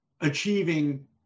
achieving